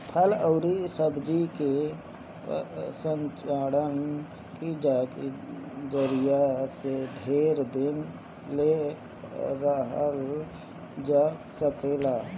फल अउरी सब्जी के प्रसंस्करण के जरिया से ढेर दिन ले रखल जा सकेला